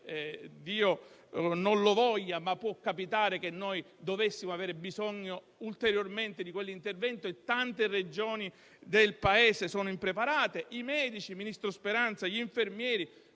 Dio non lo voglia, ma può capitare che noi dovessimo avere bisogno ulteriormente di quell'intervento e tante Regioni del Paese sono impreparate. I medici, il ministro Speranza, gli infermieri;